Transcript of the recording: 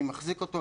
אני מחזיק אותו,